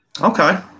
Okay